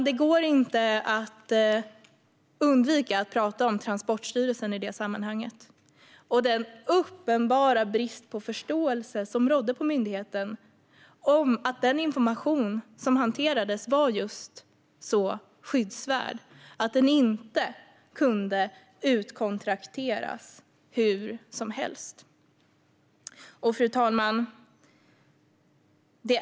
I det sammanhanget går det inte att undvika att prata om Transportstyrelsen och den uppenbara brist på förståelse som rådde på myndigheten i fråga om att den information som hanterades var så skyddsvärd att den inte kunde utkontrakteras hur som helst. Fru talman!